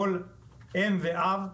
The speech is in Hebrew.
כמו כל אם ואב,